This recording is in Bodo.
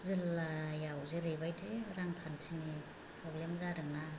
जिल्लायाव जेरै बायदि रांखान्थिनि प्र'ब्लेम जादों ना